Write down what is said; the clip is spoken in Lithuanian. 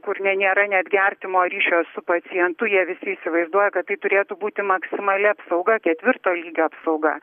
kur ne nėra netgi artimo ryšio su pacientu jie visi įsivaizduoja kad tai turėtų būti maksimali apsauga ketvirto lygio apsauga